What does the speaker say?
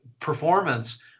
performance